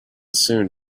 soon